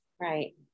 right